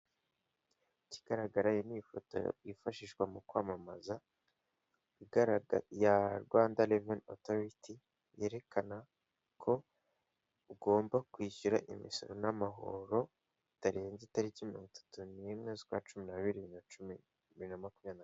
Ikigaragara iyi ni ifoto yifashishwa mu kwamamaza ya Rwanda reveni otoriti yerekana ko ugomba kwishyura imisoro n'amahoro, bitarenze itariki mirongo itatu n'imwe z'ukwa cumi n'abiri bibiri na makumyabiri na kane.